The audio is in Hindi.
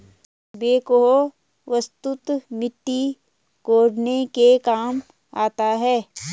बेक्हो वस्तुतः मिट्टी कोड़ने के काम आता है